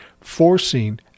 forcing